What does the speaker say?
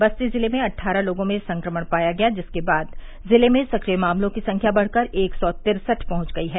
बस्ती जिले में अट्ठारह लोगों में संक्रमण पाया गया जिसके बाद जिले में सक्रिय मामलों की संख्या बढ़कर एक सौ तिरसठ पहुंच गई है